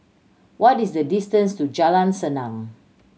what is the distance to Jalan Senang